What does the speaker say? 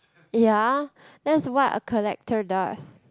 ya that's what a collector does